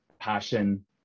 passion